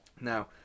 Now